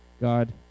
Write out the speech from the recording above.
God